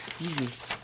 Easy